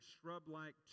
shrub-like